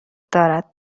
دارد